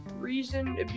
reason